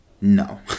No